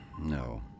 no